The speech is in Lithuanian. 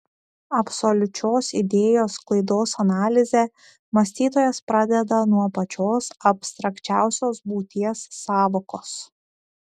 absoliučios idėjos sklaidos analizę mąstytojas pradeda nuo pačios abstrakčiausios būties sąvokos